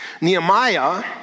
Nehemiah